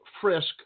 frisk